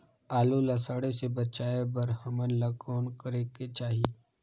आलू ला सड़े से बचाये बर हमन ला कौन करेके चाही?